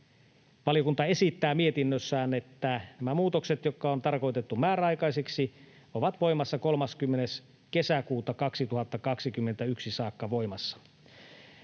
valiokunta esittää mietinnössään, että nämä muutokset, jotka on tarkoitettu määräaikaisiksi, ovat voimassa 30. kesäkuuta 2021 saakka.